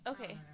Okay